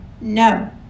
no